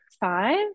five